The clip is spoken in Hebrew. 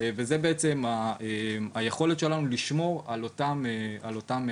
וזו בעצם היכולת שלנו לשמור על אותם דיירים.